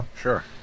Sure